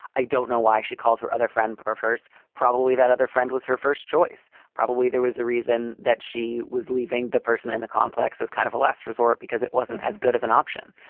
i don't know why she called her other friend of hers. probably that other friend was her first choice. probably there was a reason that she was leaving. the person in the complex is kind of a last resort because it wasn't as good of an option.